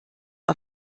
auf